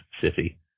city